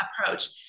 approach